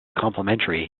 complementary